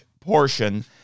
portion